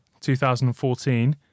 2014